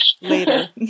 Later